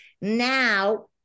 Now